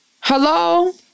Hello